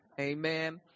Amen